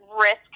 risk